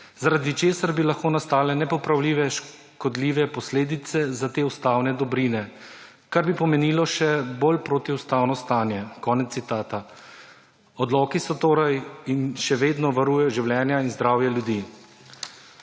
zaradi česar bi lahko nastale nepopravljive škodljive posledice za te ustavne dobrine, kar bi pomenilo še bolj protiustavno stanje.« Odloki so torej in še vedno varujejo življenja in zdravje ljudi.